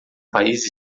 país